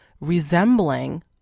resembling